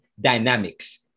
dynamics